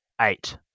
eight